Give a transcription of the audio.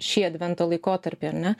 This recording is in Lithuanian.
šį advento laikotarpį ar ne